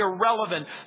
irrelevant